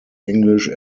english